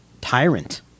tyrant